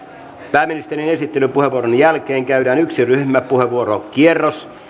pääministerin esittelypuheenvuoron jälkeen käydään yksi ryhmäpuheenvuorokierros